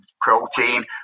protein